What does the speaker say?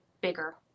bigger